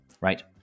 right